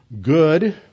good